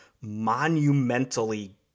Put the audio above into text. monumentally